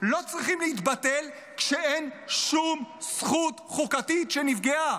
לא צריכים להתבטל כשאין שום זכות חוקתית שנפגעה.